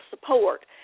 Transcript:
support